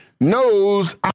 knows